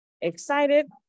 Excited